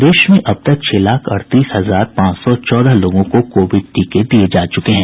प्रदेश में अब तक छह लाख अड़तीस हजार पांच सौ चौदह लोगों को कोविड टीके दिये जा चुके हैं